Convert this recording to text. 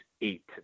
eight